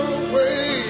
away